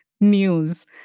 news